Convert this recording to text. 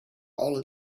all